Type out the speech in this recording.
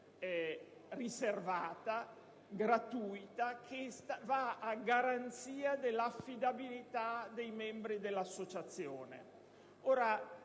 riservata e gratuita, a garanzia dell'affidabilità dei membri dell'associazione.